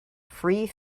free